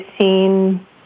seen